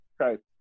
Okay